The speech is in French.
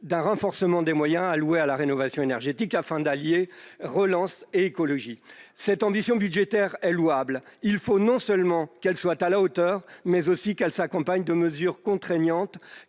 à un renforcement des moyens alloués à la rénovation énergétique, afin d'allier relance et écologie. Si cette ambition budgétaire est louable, il faut non seulement qu'elle soit à la hauteur de l'enjeu mais aussi qu'elle s'accompagne de mesures contraignantes